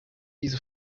user